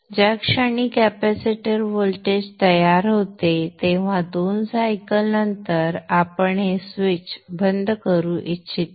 ज्या क्षणी capacitor voltage तयार होते तेव्हा 2 सायकल नंतर आपण हे स्विच बंद करू इच्छितो